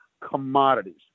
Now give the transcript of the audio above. commodities